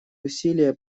усилия